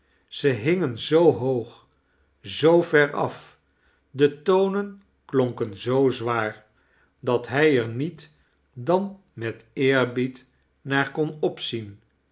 ze hingen zoo hoog zoo veraf de tonen klonken zoo zwaar dat hij er niet dan met eerbied naar kon opzien